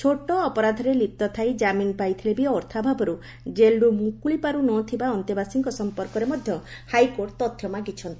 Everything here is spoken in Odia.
ଛୋଟ ଅପରାଧରେ ଲିପ୍ତ ଥାଇ ଜାମିନ୍ ପାଇଥିଲେ ବି ଅର୍ଥାଭାବରୁ ଜେଲ୍ରୁ ମୁକୁଳିପାରୁ ନ ଥିବା ଅନ୍ତେବାସୀଙ୍କ ସମ୍ପର୍କରେ ମଧ୍ଧ ହାଇକୋର୍ଟ ତଥ୍ୟ ମାଗିଛନ୍ତି